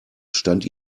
stand